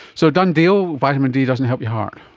so, done deal, vitamin d doesn't help your heart?